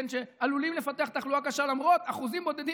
שעלולים לפתח תחלואה קשה למרות הכול,